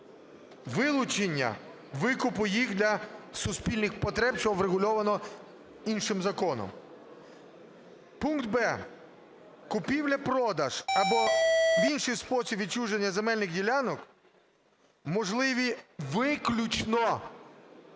вилучення викупу їх для суспільних потреб, що врегульовано іншим законом. Пункт "б". Купівля-продаж або в інший спосіб відчуження земельних ділянок можливі виключно